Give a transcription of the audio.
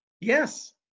Yes